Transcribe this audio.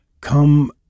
come